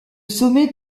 sommet